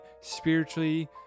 spiritually